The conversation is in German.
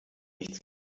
nichts